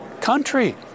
country